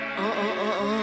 Uh-uh-uh-uh